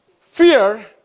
fear